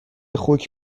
خوک